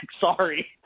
sorry